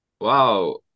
Wow